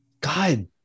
God